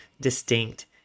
distinct